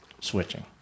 switching